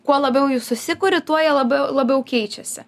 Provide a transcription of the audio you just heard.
kuo labiau jų susikuri tuo jie labiau labiau keičiasi